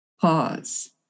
pause